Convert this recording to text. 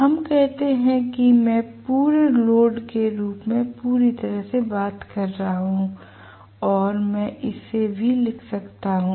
हम कहते हैं कि मैं पूर्ण लोड के बारे में पूरी तरह से बात कर रहा हूं और मैं इसे भी लिख सकता हूं